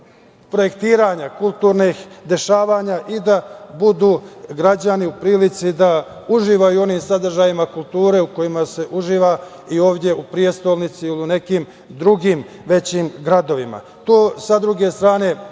projektiranja kulturnih dešavanja i da budu građani u prilici da uživaju u onim sadržajima kulture u kojima se uživa i ovde u prestonici ili u nekim drugim većim gradovima. To, s druge strane,